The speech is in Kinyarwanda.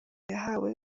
yahawe